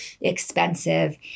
expensive